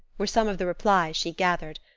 were some of the replies she gathered,